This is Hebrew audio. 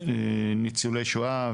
ניצולי שואה,